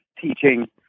teaching